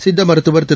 சித்தமருத்துவா் திரு